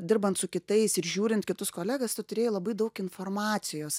dirbant su kitais ir žiūrint kitus kolegas tu turėjai labai daug informacijos